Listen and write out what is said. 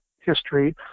history